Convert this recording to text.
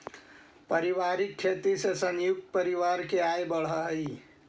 पारिवारिक खेती से संयुक्त परिवार के आय बढ़ऽ हई